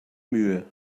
mühe